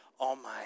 Almighty